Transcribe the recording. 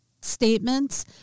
statements